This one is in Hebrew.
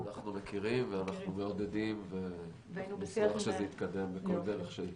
אנחנו מכירים ואנחנו מעודדים ונשמח שזה יתקדם בכל דרך שהיא.